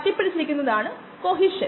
46 vm ആയിരിക്കും അതിനാൽ vm മിനിറ്റിൽ 0